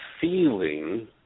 feeling